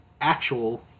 actual